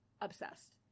obsessed